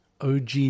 OG